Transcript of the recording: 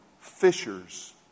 fishers